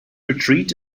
retreat